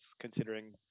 considering